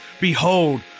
Behold